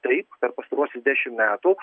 taip per pastaruosius dešimt metų